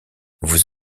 vous